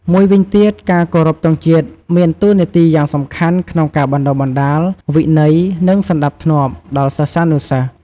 មួយវិញទៀត ការគោរពទង់ជាតិមានតួនាទីយ៉ាងសំខាន់ក្នុងការបណ្តុះបណ្តាល វិន័យ និងសណ្តាប់ធ្នាប់ ដល់សិស្សានុសិស្ស។